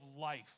life